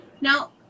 now